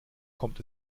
kommt